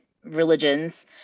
religions